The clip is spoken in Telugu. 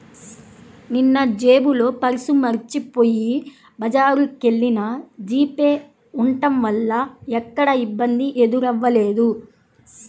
నిన్నజేబులో పర్సు మరచిపొయ్యి బజారుకెల్లినా జీపే ఉంటం వల్ల ఎక్కడా ఇబ్బంది ఎదురవ్వలేదు